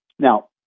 Now